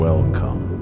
Welcome